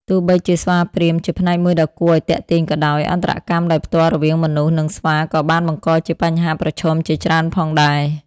ទោះបីជាស្វាព្រាហ្មណ៍ជាផ្នែកមួយដ៏គួរឱ្យទាក់ទាញក៏ដោយ អន្តរកម្មដោយផ្ទាល់រវាងមនុស្ស និងស្វាក៏បានបង្កជាបញ្ហាប្រឈមជាច្រើនផងដែរ។